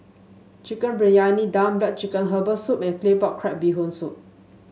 Chicken Briyani Dum black chicken Herbal Soup and Claypot Crab Bee Hoon Soup